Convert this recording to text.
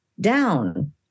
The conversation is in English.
down